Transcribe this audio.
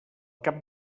cap